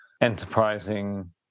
enterprising